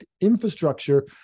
infrastructure